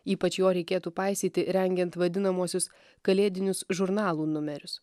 ypač jo reikėtų paisyti rengiant vadinamuosius kalėdinius žurnalų numerius